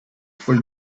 for